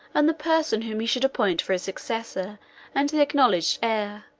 and the person whom he should appoint for his successor and the acknowledged heir,